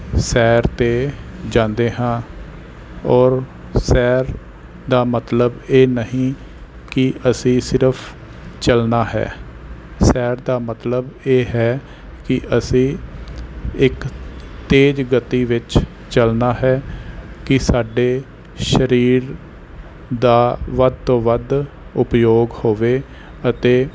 ਸੈਰ 'ਤੇ ਜਾਂਦੇ ਹਾਂ ਔਰ ਸੈਰ ਦਾ ਮਤਲਬ ਇਹ ਨਹੀਂ ਕਿ ਅਸੀਂ ਸਿਰਫ ਚੱਲਣਾ ਹੈ ਸੈਰ ਦਾ ਮਤਲਬ ਇਹ ਹੈ ਕਿ ਅਸੀਂ ਇੱਕ ਤੇਜ਼ ਗਤੀ ਵਿੱਚ ਚੱਲਣਾ ਹੈ ਕਿ ਸਾਡੇ ਸਰੀਰ ਦਾ ਵੱਧ ਤੋਂ ਵੱਧ ਉਪਯੋਗ ਹੋਵੇ ਅਤੇ